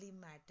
matter